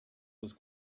was